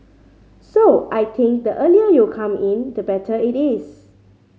so I think the earlier you come in the better it is